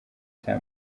cya